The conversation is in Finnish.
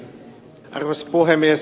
arvoisa puhemies